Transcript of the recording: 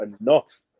enough